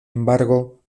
embargo